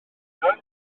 dda